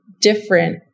different